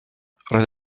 roedd